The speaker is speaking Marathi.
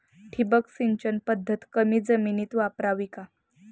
ठिबक सिंचन पद्धत कमी जमिनीत वापरावी का?